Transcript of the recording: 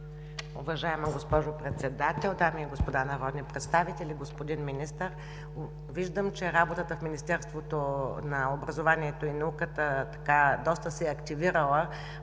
Уважаема госпожо Председател, дами и господа народни представители! Господин Министър, виждам, че работата в Министерството на образованието и науката доста се е активирала